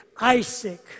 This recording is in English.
Isaac